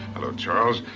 hello, charles?